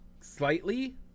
slightly